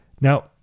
Now